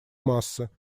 массы